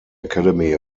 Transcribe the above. academy